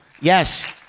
Yes